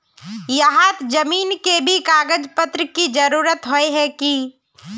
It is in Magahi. यहात जमीन के भी कागज पत्र की जरूरत होय है की?